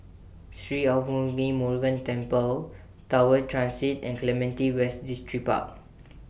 Sri Arulmigu Murugan Temple Tower Transit and Clementi West Distripark